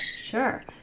Sure